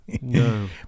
No